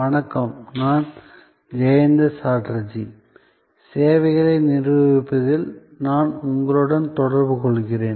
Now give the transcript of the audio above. வணக்கம் நான் ஜெயந்த சாட்டர்ஜி சேவைகளை நிர்வகிப்பதில் நான் உங்களுடன் தொடர்பு கொள்கிறேன்